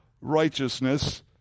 righteousness